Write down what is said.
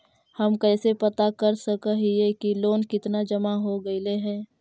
हम कैसे पता कर सक हिय की लोन कितना जमा हो गइले हैं?